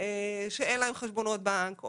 שאין להם חשבונות בנק,